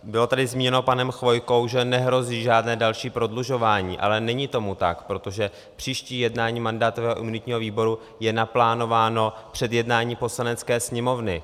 Bylo tady zmíněno panem Chvojkou, že nehrozí žádné další prodlužování, ale není tomu tak, protože příští jednání mandátového a imunitního výboru je naplánováno před jednání Poslanecké sněmovny.